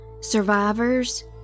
survivors